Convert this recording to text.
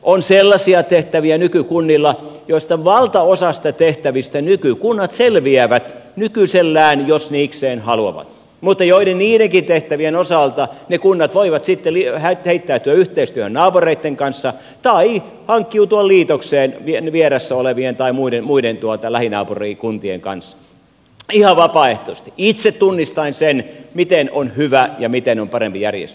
on sellaisia tehtäviä nykykunnilla joista valtaosasta tehtäviä nykykunnat selviävät nykyisellään jos niikseen haluavat mutta joiden niidenkin tehtävien osalta ne kunnat voivat sitten heittäytyä yhteistyöhön naapureitten kanssa tai hankkiutua liitokseen vieressä olevien tai muiden lähinaapurikuntien kanssa ihan vapaaehtoisesti itse tunnistaen sen miten on hyvä ja miten on parempi järjestää